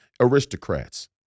aristocrats